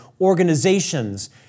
organizations